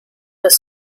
das